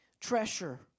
Treasure